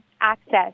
access